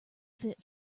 fit